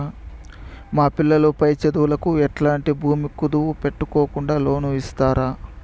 మా పిల్లలు పై చదువులకు ఎట్లాంటి భూమి కుదువు పెట్టుకోకుండా లోను ఇస్తారా